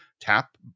tap